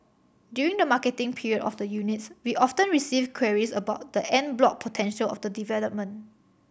during the marketing period of the units we often receive queries about the en bloc potential of the development